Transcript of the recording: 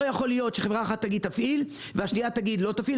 לא יכול להיות שחברה אחת תגיד להפעיל והשנייה תגיד לא להפעיל.